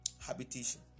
habitation